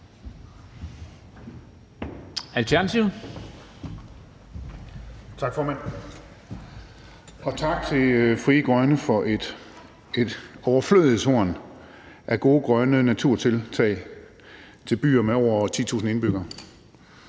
Gejl (ALT): Tak, formand. Tak til Frie Grønne for et overflødighedshorn af gode grønne naturtiltag til byer med over 10.000 indbyggere.